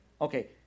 Okay